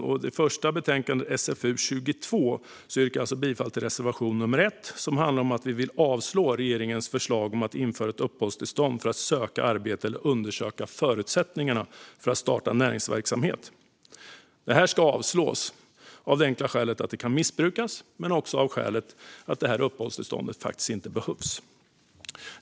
I betänkande SfU22 yrkar jag bifall till reservation 1, som handlar om att vi vill avslå regeringens förslag om att införa ett uppehållstillstånd för att söka arbete eller undersöka förutsättningarna för att starta näringsverksamhet. Detta ska avslås av det enkla skälet att det kan missbrukas men också av skälet att ett sådant uppehållstillstånd inte behövs.